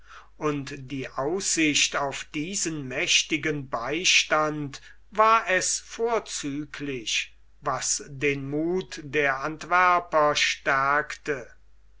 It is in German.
und die aussicht auf diesen mächtigen beistand war es vorzüglich was den muth der antwerper stärkte